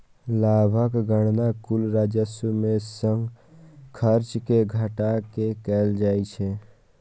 लाभक गणना कुल राजस्व मे सं खर्च कें घटा कें कैल जाइ छै